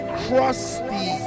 crusty